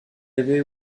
avait